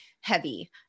heavy